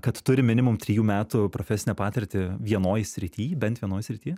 kad turi minimum trijų metų profesinę patirtį vienoj srity bent vienoj srity